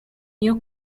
new